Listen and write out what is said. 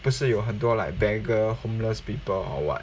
不是有很多 like beggar homeless people or what